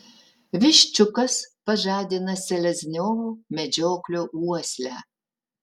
viščiukas pažadina selezniovo medžioklio uoslę